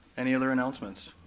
any other announcements?